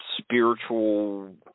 spiritual